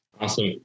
Awesome